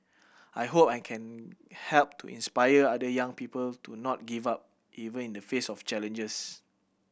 I hope I can help to inspire other young people to not give up even in the face of challenges